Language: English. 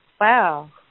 Wow